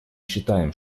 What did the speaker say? считаем